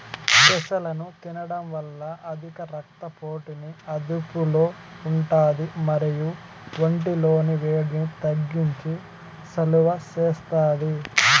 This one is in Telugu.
పెసలను తినడం వల్ల అధిక రక్త పోటుని అదుపులో ఉంటాది మరియు ఒంటి లోని వేడిని తగ్గించి సలువ చేస్తాది